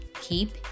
keep